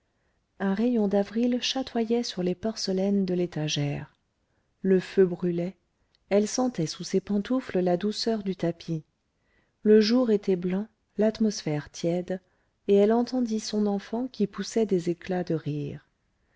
un rayon d'avril chatoyait sur les porcelaines de l'étagère le feu brûlait elle sentait sous ses pantoufles la douceur du tapis le jour était blanc l'atmosphère tiède et elle entendit son enfant qui poussait des éclats de rire